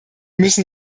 müssen